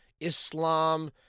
Islam